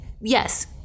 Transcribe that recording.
yes